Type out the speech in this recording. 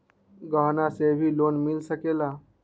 गहना से भी लोने मिल सकेला?